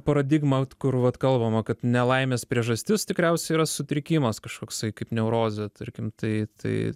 paradigma kur vat kalbama kad nelaimės priežastis tikriausiai yra sutrikimas kažkoksai kaip neurozė tarkim tai tai